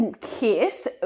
kiss